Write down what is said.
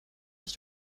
was